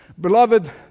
Beloved